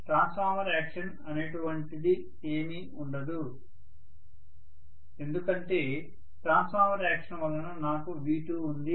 transformer action అనేటువంటిది ఏమీ ఉండదు ఎందుకంటే ట్రాన్స్ఫార్మర్ యాక్షన్ వలన నాకు V2 ఉంది